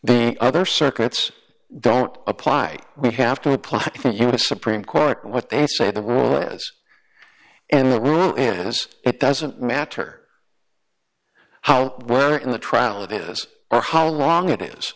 the other circuits don't apply we have to apply for you the supreme court what they say the war was and the rule is it doesn't matter how where in the trial it is or how long it is